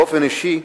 באופן אישי,